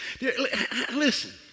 Listen